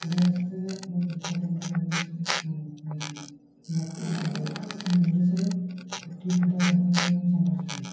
ଓଡ଼ିଆ ଭାଷାରେ ଇଏ ଦୁଇଟା ତିନିଟା ଶବ୍ଦକୁ ମିଶେଇ ବ୍ୟାକରଣ କରିଦେଉ କିନ୍ତୁ ଇଂଲିଶ୍ରେ ଗୋଟିଏ ଦୁଇଟା ଶବ୍ଦକୁ ମିଶେଇ ଆମେ ସେଣ୍ଟେନ୍ସ କରିଦେଉ